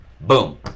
Boom